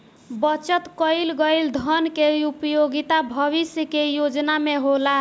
बचत कईल गईल धन के उपयोगिता भविष्य के योजना में होला